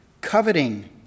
coveting